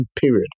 period